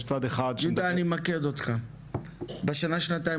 אני אמקד אותך, בשנה-שנתיים